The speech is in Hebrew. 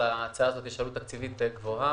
להצעה הזאת יש עלות תקציבית גבוהה,